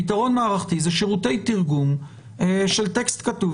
פתרון מערכתי זה שירותי תרגום של טקסט כתוב